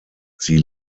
sie